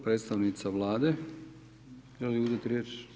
Predstavnica Vlade, želi li uzeti riječ?